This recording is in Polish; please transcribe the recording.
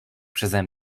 przeze